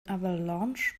avalanche